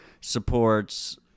supports